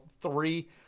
three